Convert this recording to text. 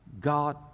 God